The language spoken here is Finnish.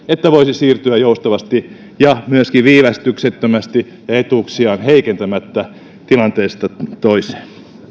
että voisi siirtyä joustavasti ja myöskin viivästyksettömästi ja etuuksiaan heikentämättä tilanteesta toiseen